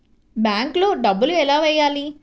బ్యాంక్లో డబ్బులు ఎలా వెయ్యాలి?